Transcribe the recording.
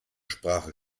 sprache